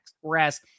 Whereas